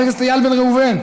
חבר הכנסת איל בן ראובן,